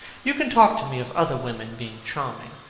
you can talk to me of other women being charming,